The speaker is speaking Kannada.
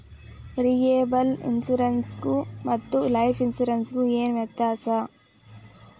ಲಿಯೆಬಲ್ ಇನ್ಸುರೆನ್ಸ್ ಗು ಮತ್ತ ಲೈಫ್ ಇನ್ಸುರೆನ್ಸ್ ಗು ಏನ್ ವ್ಯಾತ್ಯಾಸದ?